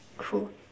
cool